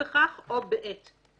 בית המשפט --- יקירי,